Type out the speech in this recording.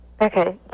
Okay